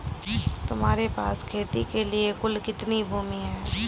तुम्हारे पास खेती के लिए कुल कितनी भूमि है?